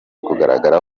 kugaragara